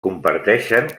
comparteixen